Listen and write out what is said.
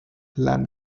land